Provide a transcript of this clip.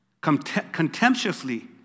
contemptuously